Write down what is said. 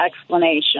explanation